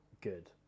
good